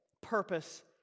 purpose